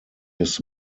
his